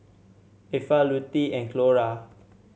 Effa Lutie and Clora